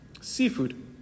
seafood